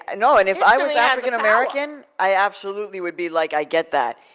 and no, and if i was african american, i absolutely would be like, i get that.